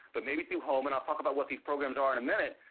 but maybe through home. and i'll talk about what these programs are in a minute.